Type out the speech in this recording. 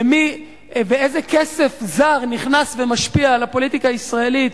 ואיזה כסף זר נכנס ומשפיע על הפוליטיקה הישראלית,